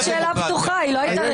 בוועדה הזאת נותנים לאנשים לסיים לדבר.